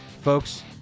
Folks